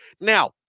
Now